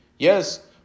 Yes